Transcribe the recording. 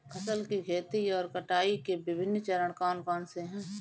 फसल की खेती और कटाई के विभिन्न चरण कौन कौनसे हैं?